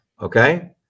okay